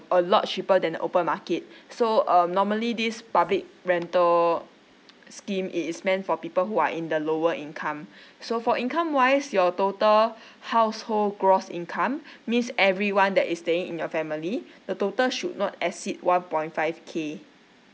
a lot cheaper than open market so um normally this public rental scheme is meant for people who are in the lower income so for income wise your total household gross income means everyone that is staying in your family the total should not exceed one point five K